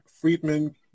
Friedman